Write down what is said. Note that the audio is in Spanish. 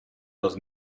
los